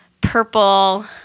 purple